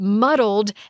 muddled